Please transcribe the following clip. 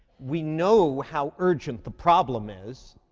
we know how urgent the problem is,